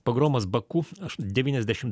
pogromus baku devyniasdešim